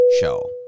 Show